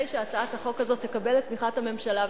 שהצעת החוק הזאת תקבל את תמיכת הממשלה,